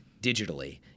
digitally